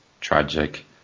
tragic